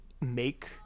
make